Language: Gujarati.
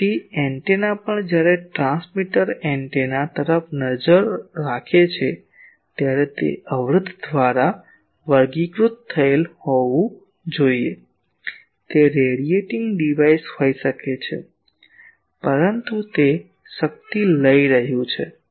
તેથી એન્ટેના પણ જ્યારે ટ્રાંસ્મીટર એન્ટેના તરફ નજર રાખે છે ત્યારે તે અવરોધ દ્વારા વર્ગીકૃત થયેલ હોવી જોઈએ તે રેડિએટિંગ ડિવાઇસ હોઈ શકે છે પરંતુ તે શક્તિ લઈ રહ્યું છે